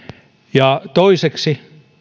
toiseksi